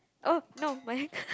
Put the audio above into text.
oh no my